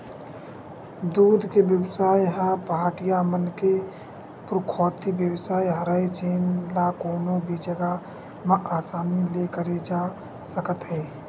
दूद के बेवसाय ह पहाटिया मन के पुरखौती बेवसाय हरय जेन ल कोनो भी जघा म असानी ले करे जा सकत हे